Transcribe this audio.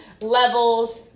levels